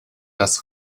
das